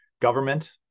government